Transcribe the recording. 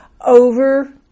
over